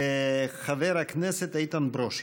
חבר הכנסת איתן ברושי.